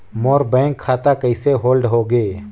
मोर bank खाता कइसे hold होगे?